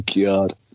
God